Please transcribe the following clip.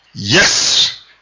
Yes